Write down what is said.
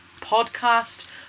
podcast